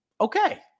okay